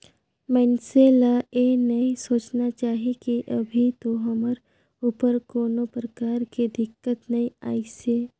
मइनसे ल ये नई सोचना चाही की अभी तो हमर ऊपर कोनो परकार के दिक्कत नइ आइसे